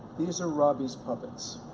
these are robbie's puppets.